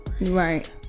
right